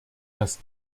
dass